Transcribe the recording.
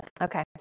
Okay